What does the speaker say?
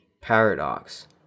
paradox